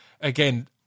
again